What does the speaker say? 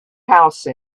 house